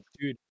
Dude